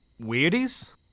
Weirdies